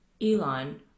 Elon